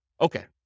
Okay